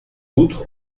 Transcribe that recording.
outre